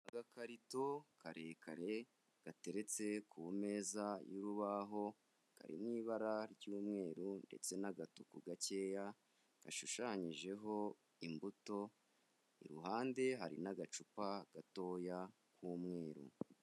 Agakarito karekare gateretse ku meza y'urubaho, karimo ibara ry'umweru ndetse n'agatuku gakeya gashushanyijeho imbuto, iruhande hari n'agacupa gatoya k'umweru.